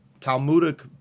Talmudic